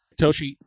Toshi